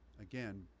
again